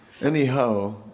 Anyhow